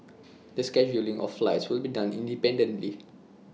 the scheduling of flights will be done independently